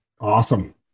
Awesome